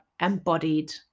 embodied